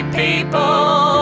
people